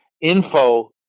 info